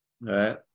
right